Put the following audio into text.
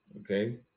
Okay